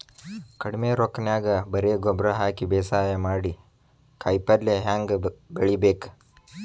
ಕಡಿಮಿ ರೊಕ್ಕನ್ಯಾಗ ಬರೇ ಗೊಬ್ಬರ ಹಾಕಿ ಬೇಸಾಯ ಮಾಡಿ, ಕಾಯಿಪಲ್ಯ ಹ್ಯಾಂಗ್ ಬೆಳಿಬೇಕ್?